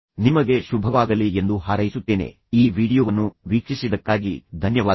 ನಿಮಗೆ ಶುಭವಾಗಲಿ ಎಂದು ಹಾರೈಸುತ್ತೇನೆ ಈ ವೀಡಿಯೋವನ್ನು ವೀಕ್ಷಿಸಿದ್ದಕ್ಕಾಗಿ ಧನ್ಯವಾದಗಳು